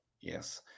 Yes